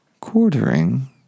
quartering